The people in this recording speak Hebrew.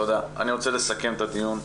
תודה רבה, אני רוצה לסכם את הדיון.